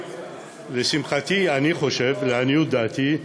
לשמחתי, אני חושב, לעניות דעתי,